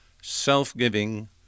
self-giving